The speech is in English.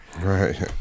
Right